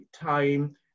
time